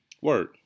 Word